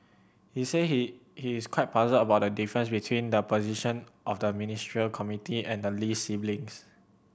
he said he he is quite puzzled about the difference between the position of the Ministerial Committee and the Lee siblings